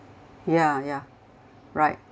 ya ya right